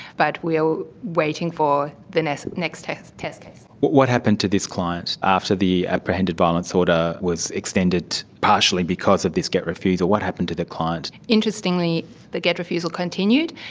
but we are waiting for the next next test test case. what what happened to this client after the apprehended violence order was extended, partially because of this gett refusal? what happened to the client? interestingly the gett refusal continued.